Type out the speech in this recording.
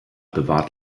bewahrt